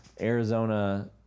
Arizona